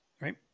Right